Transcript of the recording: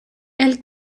elle